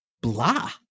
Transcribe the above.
blah